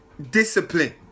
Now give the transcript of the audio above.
Discipline